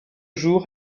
jours